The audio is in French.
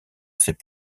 ses